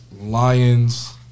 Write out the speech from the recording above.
Lions